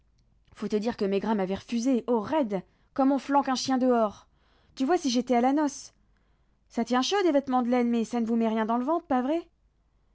faut te dire que maigrat m'avait refusé oh raide comme on flanque un chien dehors tu vois si j'étais à la noce ça tient chaud des vêtements de laine mais ça ne vous met rien dans le ventre pas vrai